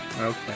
Okay